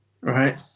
Right